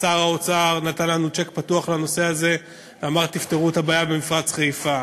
שר האוצר נתן לנו צ'ק פתוח לנושא הזה ואמר: תפתרו את הבעיה במפרץ חיפה,